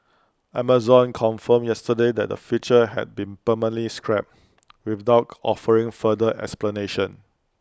Amazon confirmed yesterday that the feature had been permanently scrapped without offering further explanation